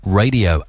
radio